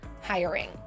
hiring